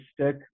stick